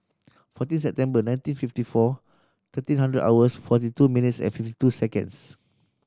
fourteen September nineteen fifty four thirteen hundred hours forty two minutes and fifty two seconds